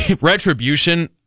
retribution